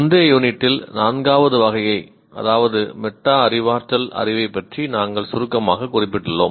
முந்தைய யூனிட்டில் அறிவாற்றல் அறிவைப் பற்றி நாம் சுருக்கமாக குறிப்பிட்டுள்ளோம்